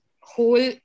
whole